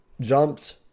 jumped